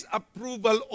approval